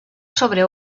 sobre